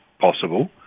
possible